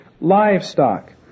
livestock